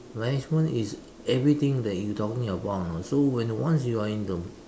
management is everything that you talking about you know so when once you are in the